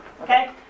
okay